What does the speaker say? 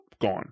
gone